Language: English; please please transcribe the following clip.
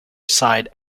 side